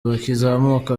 bakizamuka